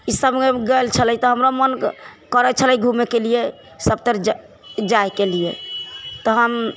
ई सबमे गेल छलै तऽ हमरो मन करै छलै घूमेके लिए सब तर जाइके लिए तऽ हम